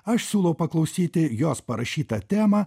aš siūlau paklausyti jos parašytą temą